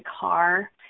car